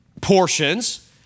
Portions